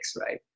right